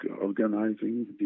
organizing